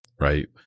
right